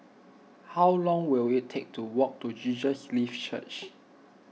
how long will it take to walk to Jesus Lives Church